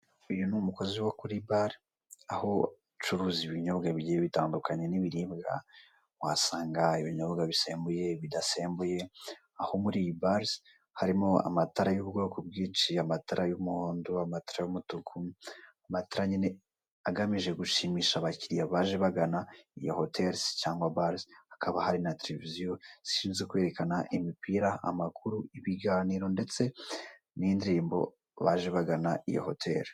Uyu ni umukozi wo kuri bare, aho bacuruza ibinyobwa bigiye bitandukanye n'ibiribwa, uhasanga ibinyobwa bisembuye, ibidasembuye, aho muri iyi bare harimo amatara y'ubwoko bwinshi, amatara y'umuhondo, amatara y'umutuku, amatara nyine agamije gushimisha abakiriya baje bagana iyo hoteli cyangwa bare, hakaba hari na televiziyo zishinzwe kwerekana imipira, amakuru, ibiganiro ndetse n'indirimbo ku baje bagana iyo hoteli.